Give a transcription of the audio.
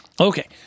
Okay